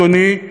אדוני,